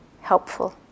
helpful